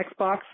Xbox